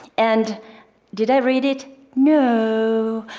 and did i read it? no.